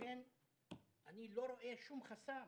לכן אני לא רואה שום חסם